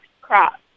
crops